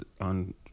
on